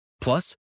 Plus